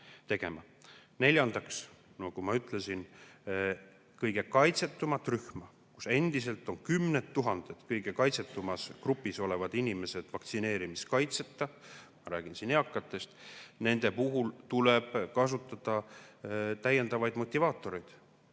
Neljandaks, nagu ma ütlesin, kõige kaitsetumad rühmad. Endiselt on kümneid tuhandeid kõige kaitsetumas grupis olevaid inimesi vaktsineerimiskaitseta. Ma räägin eakatest. Nende puhul tuleb kasutada täiendavaid motivaatoreid,